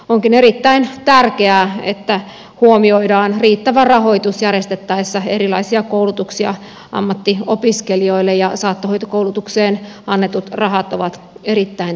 onkin erittäin tärkeää että huomioidaan riittävä rahoitus järjestettäessä erilaisia koulutuksia ammattiopiskelijoille ja saattohoitokoulutukseen annetut rahat ovat erittäin tärkeitä